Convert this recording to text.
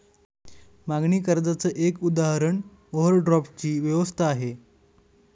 मागणी कर्जाच एक उदाहरण ओव्हरड्राफ्ट ची व्यवस्था आहे